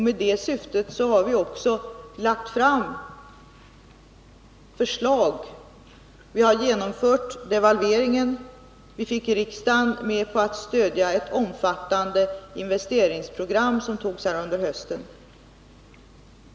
Med det syftet har vi också vidtagit åtgärder. Vi har genomfört devalveringen. Vi fick riksdagen med på att stödja ett omfattande investeringsprogram som antogs under hösten.